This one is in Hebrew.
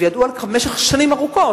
וידעו על כך במשך שנים ארוכות.